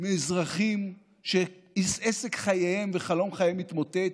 מאזרחים שעסק חייהם וחלום חייהם התמוטט,